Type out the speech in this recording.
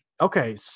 Okay